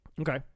Okay